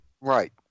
Right